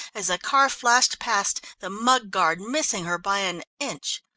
as the car flashed past, the mud-guard missing her by an inch.